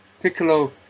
Piccolo